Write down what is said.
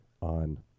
on